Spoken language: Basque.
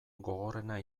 gogorrena